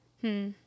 Hmm